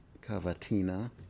cavatina